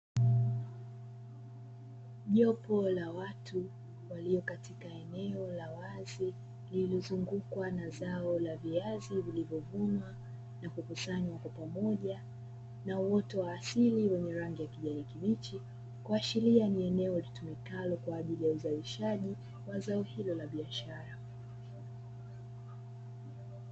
Jopo la watu walio katika eneo la wazi lililozungukwa na zao la viazi vilivyovunwa na kukusanywa kwa pamoja, na uoto wa asili wenye rangi ya kijani kibichi kuashiria ni eneo litumikalo kwa uzalishaji wa zao hilo la biashara.